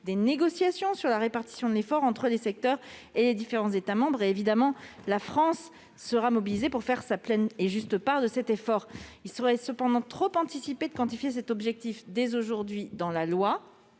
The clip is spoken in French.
des négociations sur la répartition de l'effort entre les secteurs et les différents États membres. Bien évidemment, la France se mobilisera pour faire sa pleine et juste part de cet effort. Il serait anticipé de quantifier cet objectif dès aujourd'hui dans la loi.